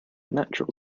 natural